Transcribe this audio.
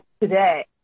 today